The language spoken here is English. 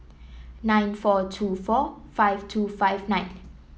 nine four two four five two five nine